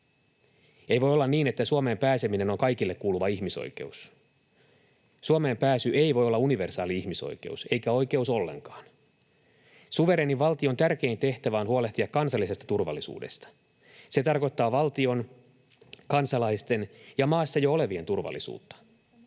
Ei voi olla niin, että Suomeen pääseminen on kaikille kuuluva ihmisoikeus. Suomeen pääsy ei voi olla universaali ihmisoikeus, eikä oikeus ollenkaan. Suvereenin valtion tärkein tehtävä on huolehtia kansallisesta turvallisuudesta. Se tarkoittaa valtion, kansalaisten ja maassa jo olevien turvallisuutta.